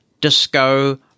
Disco